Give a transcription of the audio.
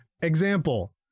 Example